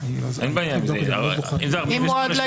אלא אם כן גם את הכלל הזה